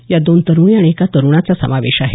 यात दोन तरुणी आणि एका तरुणाचा समावेश आहे